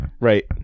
right